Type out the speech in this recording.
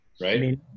right